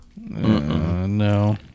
No